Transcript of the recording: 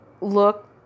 look